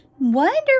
Wonderful